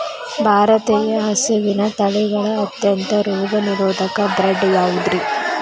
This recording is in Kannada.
ಭಾರತೇಯ ಹಸುವಿನ ತಳಿಗಳ ಅತ್ಯಂತ ರೋಗನಿರೋಧಕ ಬ್ರೇಡ್ ಯಾವುದ್ರಿ?